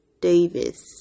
Davis